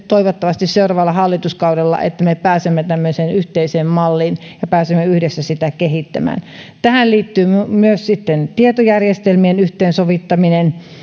toivottavasti seuraavalla hallituskaudella me pääsemme tämmöiseen yhteiseen malliin ja pääsemme yhdessä sitä kehittämään tähän liittyy myös sitten tietojärjestelmien yhteensovittaminen